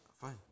Fine